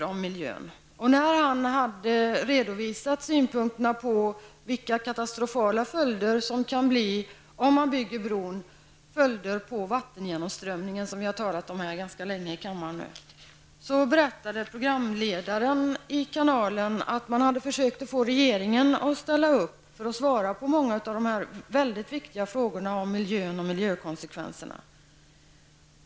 När han hade redovisat vilka katastrofala följder ett byggande av en bro kan få på vattengenomströmningen, som vi har talat ganska länge om nu här i kammaren berättade programledaren i kanalen att han hade försökt få regeringen att ställa upp för att svara på många av dessa mycket viktiga frågor om miljön och miljökonsekvenserna.